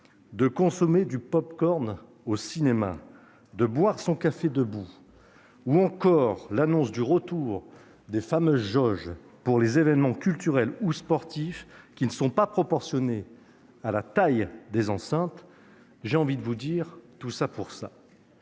de consommer du pop-corn au cinéma, de boire son café debout, ou encore sur l'annonce du retour des fameuses jauges pour les événements culturels ou sportifs, qui ne sont pas proportionnées à la taille des enceintes, j'ai envie de vous dire : tout ça pour ça